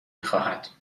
میخواهد